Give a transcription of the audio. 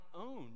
own